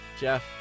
Jeff